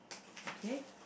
okay